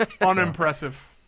Unimpressive